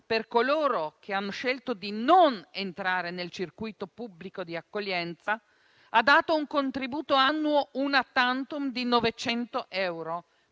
per coloro che hanno scelto di non entrare nel circuito pubblico di accoglienza, ha dato un contributo annuo *una tantum* di 900 euro,